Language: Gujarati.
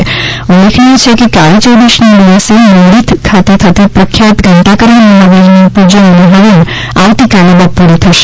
અત્રે ઉલ્લેખનિય છે કે કાળીયૌદશના દિવસે મહુડી ખાતે થતી પ્રખ્યાત ઘંટાકરણ મહાવીરની પૂજા અને હવન આવતીકાલે બપોરે થશે